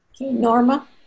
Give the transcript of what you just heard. Norma